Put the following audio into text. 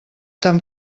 tan